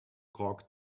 cork